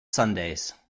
sundays